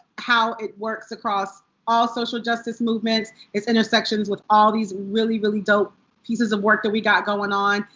how it works across all social justice movements. its intersections with all these really, really dope pieces of work that we've got going on.